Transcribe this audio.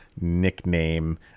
nickname